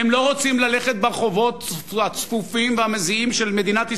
הם לא רוצים ללכת ברחובות הצפופים והמזיעים של מדינת ישראל,